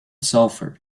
sulfur